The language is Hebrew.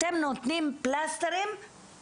כך שאנחנו בהחלט נותנים מענה של מיצוי זכויות מאוד